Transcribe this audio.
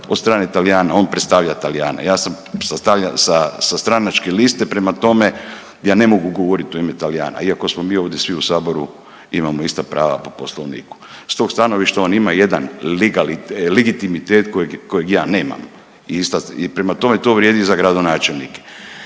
od strane Talijana, on predstavlja Talijane, ja sam sa stranačke liste prema tome ja ne mogu govoriti u ime Talijana iako smo mi ovdje svi u saboru imamo ista prava po Poslovniku. S tog stanovišta on ima jedan legitimitet kojeg ja nemam i ista, prema tome to vrijedi i za gradonačelnike.